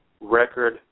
record